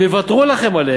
הם יוותרו לכם עליהן,